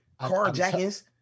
carjackings